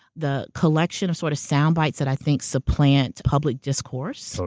the collection of sort of sound bites that i think supplant public discourse. so